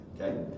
Okay